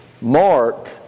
Mark